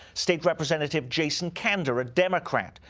state representative jason kander, a democrat,